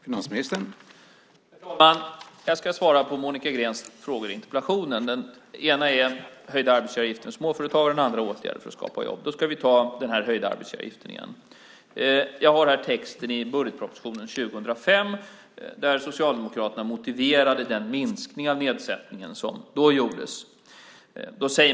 Herr talman! Jag ska svara på Monica Greens frågor i interpellationen. Den ena gäller höjd arbetsgivaravgift för småföretagare och den andra åtgärder för att skapa jobb. Vi tar den höjda arbetsgivaravgiften igen. Jag har här texten i budgetpropositionen 2005, där Socialdemokraterna motiverade den minskning av nedsättningen som då gjordes.